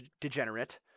degenerate